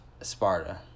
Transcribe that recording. Sparta